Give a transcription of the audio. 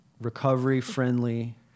recovery-friendly